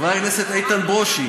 חבר הכנסת איתן ברושי,